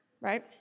right